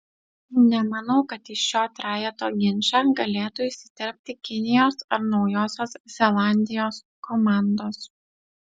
nemanau kad į šio trejeto ginčą galėtų įsiterpti kinijos ar naujosios zelandijos komandos